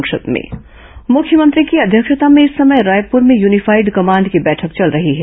संक्षिप्त समाचार मुख्यमंत्री की अध्यक्षता में इस समय रायपुर में यूनिफाइड कमांड की बैठक चल रही है